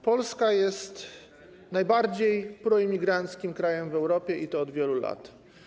Polska jest najbardziej proimigranckim krajem w Europie, i to od wielu lat.